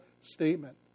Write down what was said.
statement